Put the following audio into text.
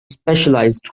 specialized